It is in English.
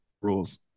rules